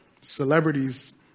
celebrities